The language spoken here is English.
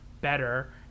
better